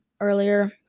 earlier